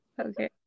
Okay